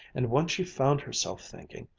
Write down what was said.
and once she found herself thinking,